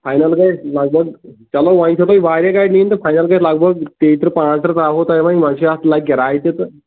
final گٔے لگ بگ چلو وۄنۍ چھِو تۄہہِ واریاہ گاڑِ نِنۍ تہٕ فاینل گٔے لگ بگ تیتٕرٕہ پانٛژھ تٕرٕہ ترٛاوَو تۄہہِ وۄنۍ وۄنۍ چھِ اتھ لگہِ کِراے تہِ تہٕ